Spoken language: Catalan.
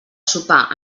sopar